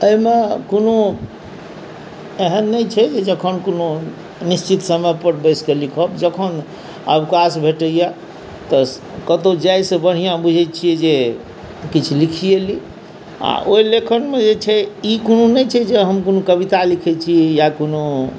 एहिमे कोनो एहन नहि छै जे जखन कोनो निश्चित समय पर बैसिके लिखब जखन अवकाश भेटैए तऽ कतहु जाइसँ बढ़िआँ बुझैत छियै जे किछु लिखिए ली आ ओहि लेखनमे जे छै ई कोनो नहि छै जे हम कोनो कविता लिखैत छी या कोनो